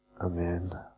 Amen